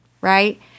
right